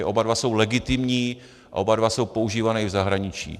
Oba dva jsou legitimní a oba dva jsou používané i v zahraničí.